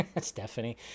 Stephanie